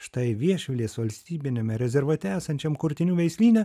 štai viešvilės valstybiniame rezervate esančiam kurtinių veislyne